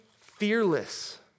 fearless